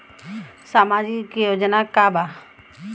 सामाजिक योजना का बा?